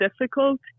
difficult